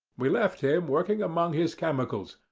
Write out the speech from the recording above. we left him working among his chemicals,